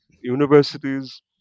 universities